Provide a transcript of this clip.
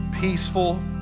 peaceful